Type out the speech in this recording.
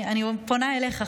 אני פונה אליך,